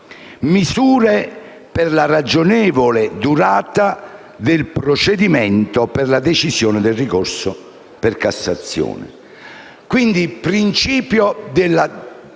«Misure per la ragionevole durata del procedimento per la decisione del ricorso per cassazione».